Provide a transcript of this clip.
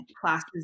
classes